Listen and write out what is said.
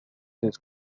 this